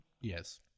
Yes